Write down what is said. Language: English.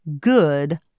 good